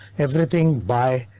everything by.